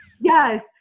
Yes